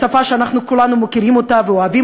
היא שפה שאנחנו כולנו מכירים ואוהבים?